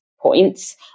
points